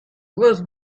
was